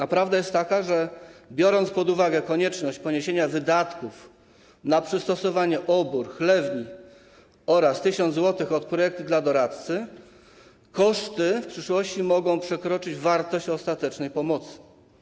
A prawda jest taka, że biorąc pod uwagę konieczność poniesienia wydatków na przystosowanie obór, chlewni, wliczając 1 tys. zł od projektu dla doradcy, koszty w przyszłości mogą przekroczyć wartość otrzymanej pomocy.